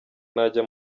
najya